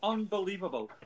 Unbelievable